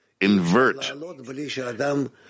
invert